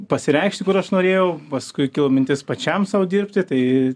pasireikšti kur aš norėjau paskui kilo mintis pačiam sau dirbti tai